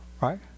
right